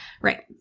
Right